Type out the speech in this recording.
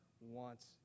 wants